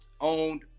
owned